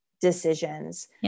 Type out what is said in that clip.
decisions